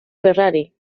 ferrari